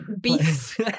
beef